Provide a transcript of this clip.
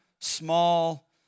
small